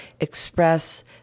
express